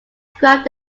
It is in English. grab